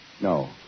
No